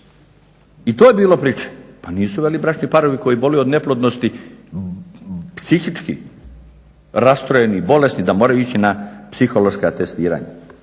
i to je bilo priče pa nisu veli bračni parovi koji boluju od neplodnosti psihički rastrojeni i bolesni da moraju ići na psihološka testiranja.